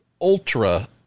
ultra